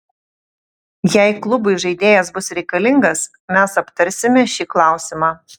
jei klubui žaidėjas bus reikalingas mes aptarsime šį klausimą